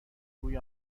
روی